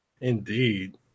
Indeed